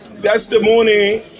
Testimony